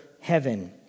heaven